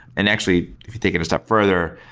and actually, if you take it a step further,